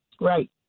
Right